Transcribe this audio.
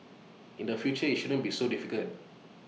in the future IT shouldn't be so difficult